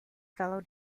fellow